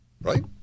Right